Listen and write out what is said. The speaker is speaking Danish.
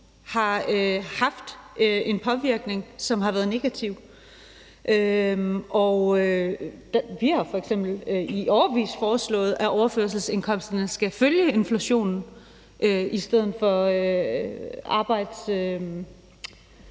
har haft en påvirkning, som har været negativ. Og vi har f.eks. i årevis foreslået, at overførselsindkomsterne skal følge inflationen i stedet for